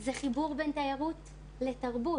זה חיבור בין תיירות לתרבות.